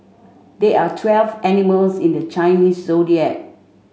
there are twelve animals in the Chinese Zodiac